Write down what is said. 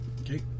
Okay